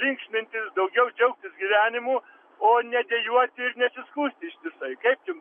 linksmintis daugiau džiaugtis gyvenimu o ne dejuoti ir nesiskųsti ištisai kaip jum